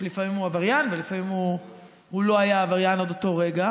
שלפעמים הוא עבריין ולפעמים הוא לא היה עבריין עד אותו רגע,